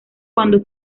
cuando